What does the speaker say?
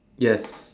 yes